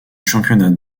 championnat